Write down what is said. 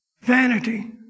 vanity